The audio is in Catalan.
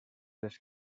les